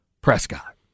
Prescott